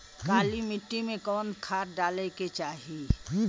काली मिट्टी में कवन खाद डाले के चाही?